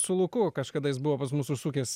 su luku kažkada jis buvo pas mus užsukęs